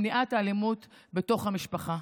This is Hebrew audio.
למניעת האלימות בתוך המשפחה.